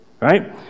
Right